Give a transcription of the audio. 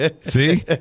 See